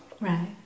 Right